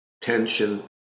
tension